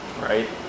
right